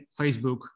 Facebook